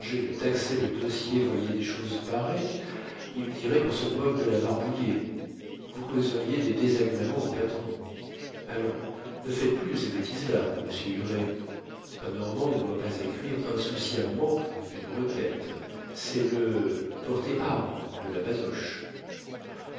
de taxer le dossier voyait des choses pareilles il dirait qu'on se moque de la barbouillée vous causeriez des désagréments au patron allons ne faites plus de ces bêtises là monsieur huré un normand ne doit pas écrire insouciamment une requête c'est le portez arme de la bazoche